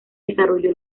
desarrolló